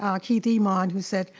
um keedie mand who said,